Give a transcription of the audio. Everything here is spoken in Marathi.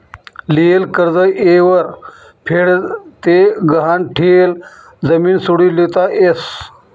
लियेल कर्ज येयवर फेड ते गहाण ठियेल जमीन सोडी लेता यस